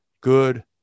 good